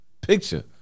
picture